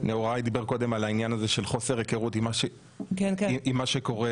נריה קודם על העניין הזה של חוסר היכרות עם מה שקורה